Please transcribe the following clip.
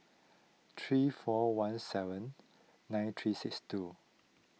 three four one seven nine three six two